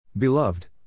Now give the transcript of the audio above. Beloved